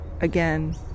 again